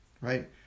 right